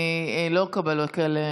אני לא אקבל עוד כאלה